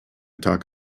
talk